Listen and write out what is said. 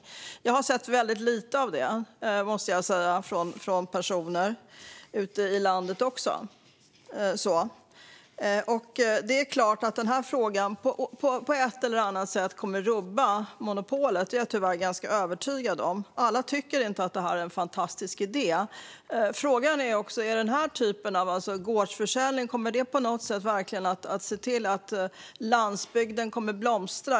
Jag måste säga att jag har sett väldigt lite av detta bland människor, även ute i landet. Det är klart att denna fråga på ett eller annat sätt kommer att rubba monopolet - det är jag tyvärr övertygad om. Alla tycker inte att det är en fantastisk idé. Frågan är också om gårdsförsäljning verkligen kommer att se till att landsbygden blomstrar.